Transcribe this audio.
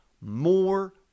more